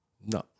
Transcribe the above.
No